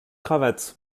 cravate